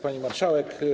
Pani Marszałek!